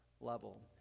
level